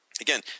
Again